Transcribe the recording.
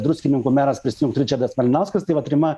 druskininkų meras prisijungt ričardas malinauskas tai vat rima